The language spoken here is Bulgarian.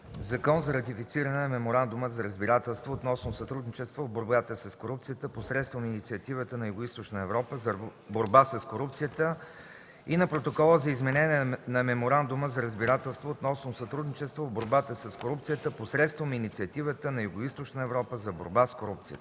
„ЗАКОН за ратифициране на Меморандума за разбирателство относно сътрудничество в борбата с корупцията посредством Инициативата на Югоизточна Европа за борба с корупцията и на Протокола за изменение на Меморандума за разбирателство относно сътрудничество в борбата с корупцията посредством Инициативата на Югоизточна Европа за борба с корупцията.